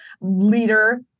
leader